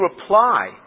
reply